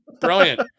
brilliant